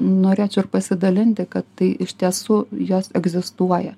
norėčiau ir pasidalinti kad tai iš tiesų jos egzistuoja